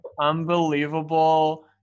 unbelievable